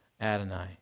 Adonai